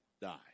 die